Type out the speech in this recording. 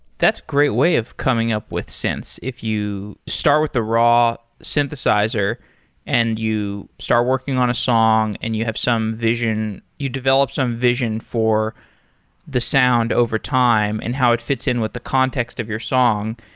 that's great way of coming up with synths. if you start with the raw synthesizer and you start working on a song and you have some vision, you develop some vision for the sound overtime and how it fits in with the context of your song,